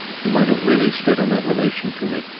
you might have really stood in that relation to me,